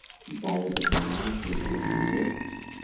पाएको छैन त्यो चाहिँ हामीले